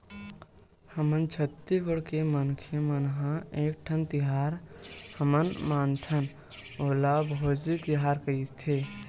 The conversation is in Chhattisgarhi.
हमर छत्तीसगढ़ के मनखे मन ह एकठन तिहार हमन मनाथन ओला भोजली तिहार कइथे